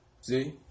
See